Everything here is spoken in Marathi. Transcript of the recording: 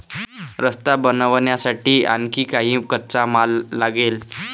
रस्ता बनवण्यासाठी आणखी काही कच्चा माल लागेल